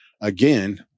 again